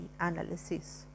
analysis